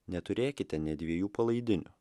neturėkite nė dviejų palaidinių